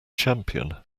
champion